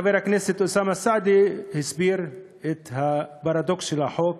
חבר הכנסת אוסאמה סעדי הסביר את הפרדוקס של החוק